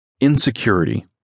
Insecurity